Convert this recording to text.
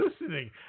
listening